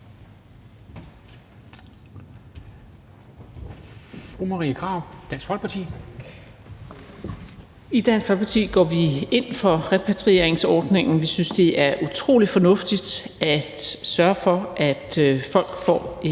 I Dansk Folkeparti går vi ind for repatrieringsordningen. Vi synes, det er utrolig fornuftigt at sørge for, at folk får et